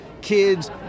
kids